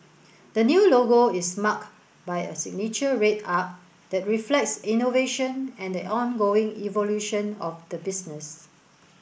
the new logo is marked by a signature red arc that reflects innovation and the ongoing evolution of the business